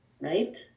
right